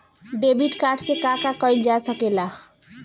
Debit card से का का कइल जा सके ला?